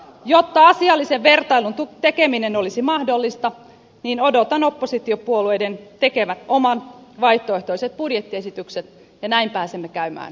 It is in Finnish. jotta asiallisen vertailun tekeminen olisi mahdollista odotan oppositiopuolueiden tekevän omat vaihtoehtoiset budjettiesityksensä ja näin pääsemme käymään keskustelua